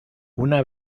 una